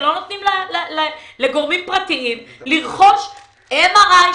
ולא נותנים לגורמים פרטיים לרכוש MRI,